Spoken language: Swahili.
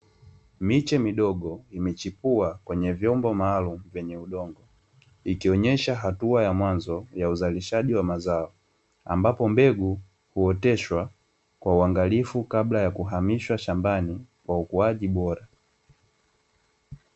Miche midogo imechipua kwenye vyombo maalumu vyenye udongo, ikionyesha hatua ya mwanzo ya uzalishaji wa mazao ambapo mbegu huoteshwa kwa uangalifu kabla ya kuhamishwa shambani kwa ukuaji bora.